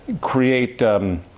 create